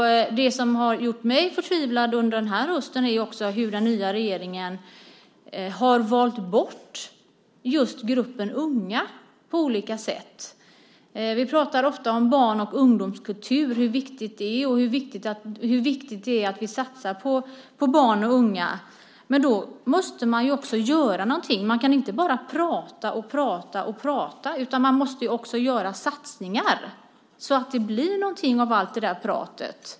Det som har gjort mig förtvivlad under den här hösten är också hur den nya regeringen har valt bort just gruppen unga på olika sätt. Vi pratar ofta om hur viktigt det är med barn och ungdomskultur och hur viktigt det är att vi satsar på barn och unga. Men då måste man ju också göra någonting. Man kan inte bara prata och prata. Man måste också göra satsningar så att det blir någonting av allt det där pratet.